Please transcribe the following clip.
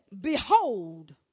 Behold